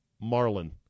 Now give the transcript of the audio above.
marlin